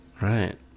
Right